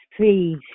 please